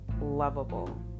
lovable